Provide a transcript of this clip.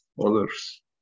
others